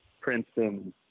Princeton